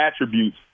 attributes